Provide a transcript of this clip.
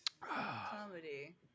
comedy